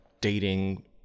dating